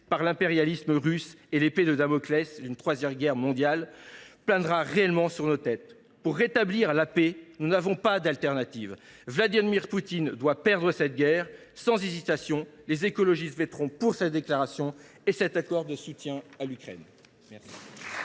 par l’impérialisme russe, et l’épée de Damoclès d’une Troisième Guerre mondiale planera réellement au dessus de nos têtes. Pour rétablir la paix, nous n’avons pas le choix : Vladimir Poutine doit perdre cette guerre. Sans hésitation, les écologistes voteront pour cette déclaration et pour cet accord de soutien à l’Ukraine.